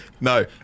No